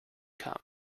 come